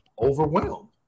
Overwhelmed